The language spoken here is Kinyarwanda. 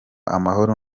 amahoro